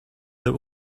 that